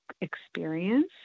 experience